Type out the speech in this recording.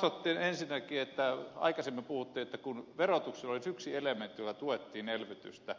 te katsotte ensinnäkin aikaisemmin puhuitte että verotus olisi yksi elementti jolla tuettiin elvytystä